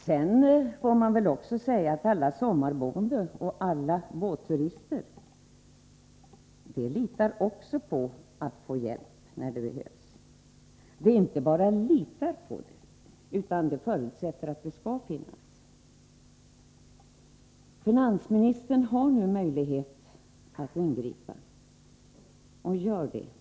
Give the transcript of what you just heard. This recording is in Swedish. Men även alla sommarboende och alla båtturister litar på att de kan få hjälp. De inte bara litar på det, utan de förutsätter att hjälpen finns. Finansministern har nu möjlighet att ingripa. Gör det!